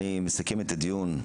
אני מסכם את הדיון.